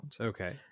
Okay